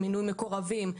מינוי מקורבים,